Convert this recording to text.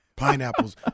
Pineapples